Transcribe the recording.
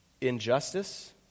injustice